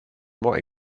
more